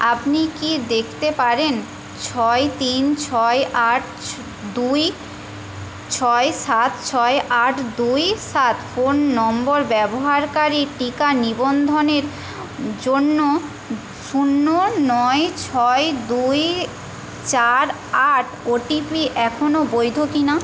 আপনি কি দেখতে পারেন ছয় তিন ছয় আট ছ দুই ছয় সাত ছয় আট দুই সাত ফোন নম্বর ব্যবহারকারী টীকা নিবন্ধনের জন্য শূন্য নয় ছয় দুই চার আট ওটিপি এখনও বৈধ কি না